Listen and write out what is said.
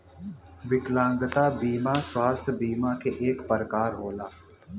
विकलागंता बिमा स्वास्थ बिमा के एक परकार होला